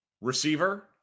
receiver